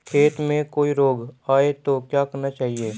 खेत में कोई रोग आये तो क्या करना चाहिए?